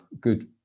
good